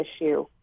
issue